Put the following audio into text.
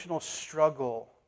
struggle